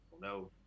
No